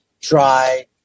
try